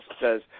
says